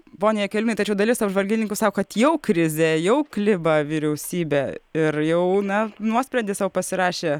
pone jakeliūnai tačiau dalis apžvalgininkų sako kad jau krizė jau kliba vyriausybė ir jau na nuosprendį sau pasirašė